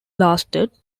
lasted